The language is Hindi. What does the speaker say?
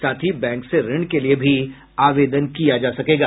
साथ ही बैंक से ऋण के लिये भी आवेदन किया जा सकेगा